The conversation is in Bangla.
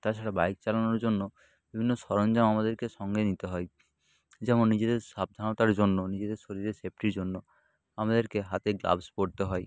তাছাড়া বাইক চালানোর জন্য বিভিন্ন সরঞ্জাম আমাদেরকে সঙ্গে নিতে হয় যেমন নিজেদের সাবধানতার জন্য নিজেদের শরীরে সেফটির জন্য আমাদেরকে হাতে গ্লাভস পরতে হয়